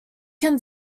can